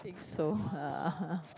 I think so ah